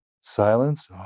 silence